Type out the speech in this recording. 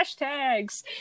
hashtags